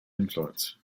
influence